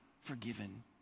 forgiven